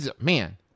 man